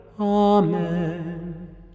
Amen